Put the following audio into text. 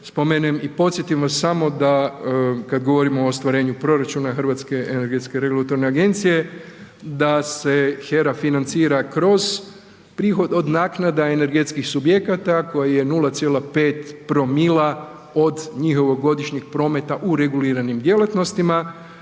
spomenem i podsjetim vas samo da kad govorimo o ostvarenju proračuna HERA-e, da se HERA financira prihod od naknada energetskih subjekata koje je 0,5‰ od njihovog godišnjeg prometa u reguliranim djelatnostima,